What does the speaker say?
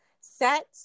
Set